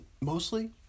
mostly